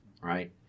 right